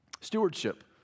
Stewardship